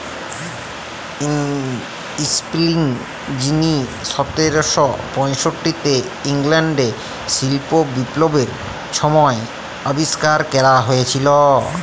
spinning যিলি সতের শ পয়ষট্টিতে ইংল্যাল্ডে শিল্প বিপ্লবের ছময় আবিষ্কার ক্যরা হঁইয়েছিল